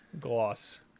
gloss